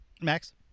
Max